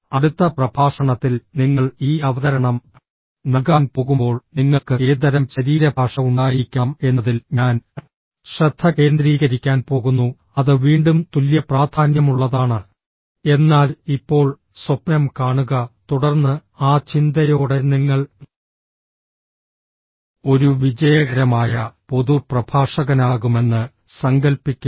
അടുത്ത പ്രഭാഷണത്തിൽ നിങ്ങൾ ഈ അവതരണം നൽകാൻ പോകുമ്പോൾ നിങ്ങൾക്ക് ഏതുതരം ശരീരഭാഷ ഉണ്ടായിരിക്കണം എന്നതിൽ ഞാൻ ശ്രദ്ധ കേന്ദ്രീകരിക്കാൻ പോകുന്നു അത് വീണ്ടും തുല്യ പ്രാധാന്യമുള്ളതാണ് എന്നാൽ ഇപ്പോൾ സ്വപ്നം കാണുക തുടർന്ന് ആ ചിന്തയോടെ നിങ്ങൾ ഒരു വിജയകരമായ പൊതു പ്രഭാഷകനാകുമെന്ന് സങ്കൽപ്പിക്കുക